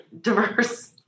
diverse